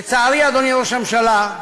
לצערי, אדוני ראש הממשלה,